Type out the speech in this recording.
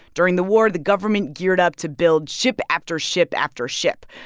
during the war, the government geared up to build ship after ship after ship,